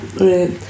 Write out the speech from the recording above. right